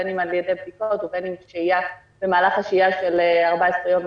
בין אם על-ידי בדיקות או בין אם התפתחו תופעות במהלך השהייה של 14 יום.